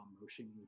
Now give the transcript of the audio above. motion